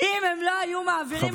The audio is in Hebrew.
אם הם לא היו מעבירים את הדיווח,